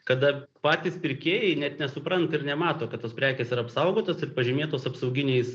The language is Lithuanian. kada patys pirkėjai net nesupranta ir nemato kad tos prekės yra apsaugotos ir pažymėtos apsauginiais